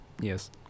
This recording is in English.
Yes